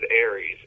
Aries